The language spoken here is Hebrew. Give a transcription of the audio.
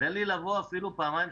תן לי לבוא אפילו פעמיים,